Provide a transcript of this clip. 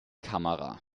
kamera